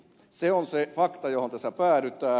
se on se fakta johon tässä päädytään